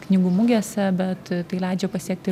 knygų mugėse bet tai leidžia pasiekti